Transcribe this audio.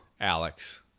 alex